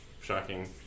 Shocking